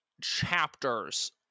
chapters